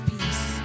Peace